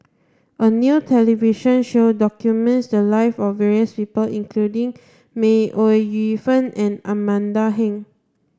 a new television show documented the life of various people including May Ooi Yu Fen and Amanda Heng